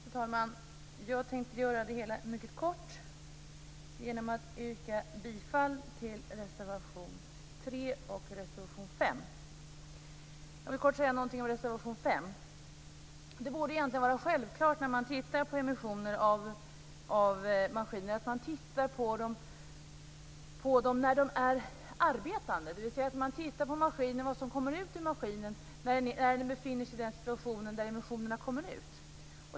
Fru talman! Jag tänkte göra det hela mycket kort genom att yrka bifall till reservationerna 3 och 5. Jag vill dock kort säga något om reservation 5. Det borde egentligen vara självklart att man, när man tittar på emissioner av maskiner, tittar på maskinerna när de är arbetande, dvs. att man tittar på vad som kommer ut ur maskinen i den situation då emissionerna kommer ut.